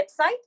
website